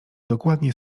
dokładnie